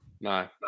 no